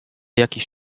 jakiś